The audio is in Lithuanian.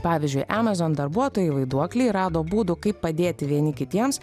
pavyzdžiui amazon darbuotojai vaiduokliai rado būdų kaip padėti vieni kitiems